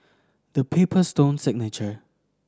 The Paper Stone Signature